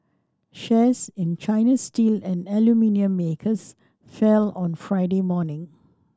shares in Chinese steel and aluminium makers fell on Friday morning